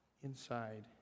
inside